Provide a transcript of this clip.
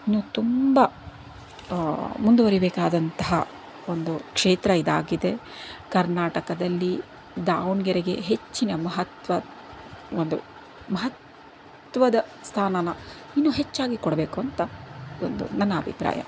ಇನ್ನೂ ತುಂಬ ಮುಂದುವರಿಬೇಕಾದಂತಹ ಒಂದು ಕ್ಷೇತ್ರ ಇದಾಗಿದೆ ಕರ್ನಾಟಕದಲ್ಲಿ ದಾವಣಗೆರೆಗೆ ಹೆಚ್ಚಿನ ಮಹತ್ವ ಒಂದು ಮಹತ್ವದ ಸ್ಥಾನಾನ ಇನ್ನೂ ಹೆಚ್ಚಾಗಿ ಕೊಡಬೇಕು ಅಂತ ಒಂದು ನನ್ನ ಅಭಿಪ್ರಾಯ